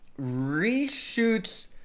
reshoots